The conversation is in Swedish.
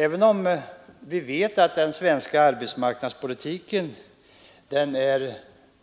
Även om vi vet att den svenska arbetsmarknadspolitiken är